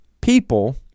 people